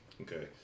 Okay